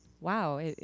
wow